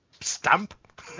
stamp